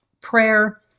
Prayer